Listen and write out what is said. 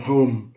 Home